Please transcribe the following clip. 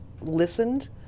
listened